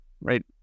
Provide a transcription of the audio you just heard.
right